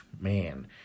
man